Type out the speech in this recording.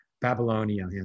Babylonia